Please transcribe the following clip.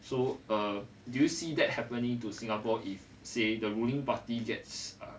so err do you see that happening to singapore if say the ruling party gets uh